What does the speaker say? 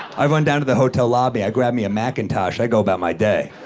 i run down to the hotel lobby. i grab me a macintosh. i go about my day.